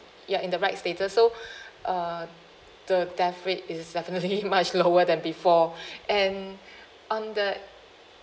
you're in the right status so uh the death rate is definitely much lower than before and on the